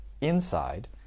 inside